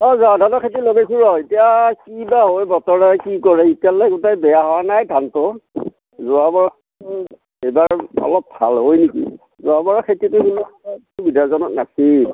অঁ জহাধানৰ খেতি লগাইছোঁ ৰহ এতিয়া কি বা হয় বতৰে কি কৰে এতিয়ালৈ গোটেই বেয়া হোৱা নাই ধানটো যোৱাবাৰতকৈ এইবাৰ অলপ ভাল হয় নেকি যোৱাবাৰৰ খেতিটো ইমান এটা সুবিধাজনক নাছিল